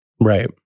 Right